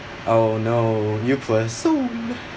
oh no you poor soul